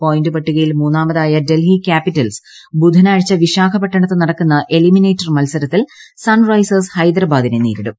point പട്ടികയിൽ മൂന്നാമതായ Delhi Capitals ബുധനാഴ്ച വിശാഖപട്ടണത്ത് നടക്കുന്ന എലിമിനേറ്റർ മത്സരത്തിൽ സൺറൈസേഴ്സ് ഹൈദരാബാദിനെ നേരിടും